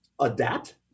adapt